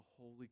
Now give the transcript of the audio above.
holy